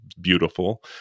beautiful